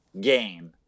game